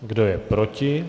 Kdo je proti?